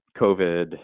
COVID